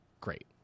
great